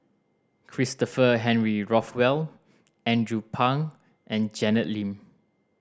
Christopher Henry Rothwell Andrew Phang and Janet Lim